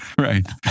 right